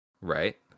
Right